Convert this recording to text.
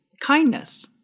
kindness